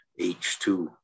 H2